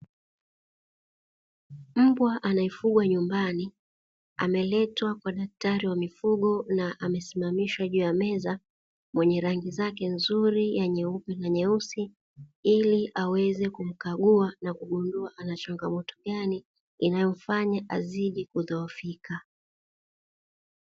Mbwa anayefugwa nyumbani ameletwa kwa daktari wa mifugo na amesimamishwa juu ya meza ,mwenye rangi zake nzuri za nyeupe na nyeusi ili aweze kukagua na kugundua ana changamoto gani; inayofanywa azidi kudhohofika.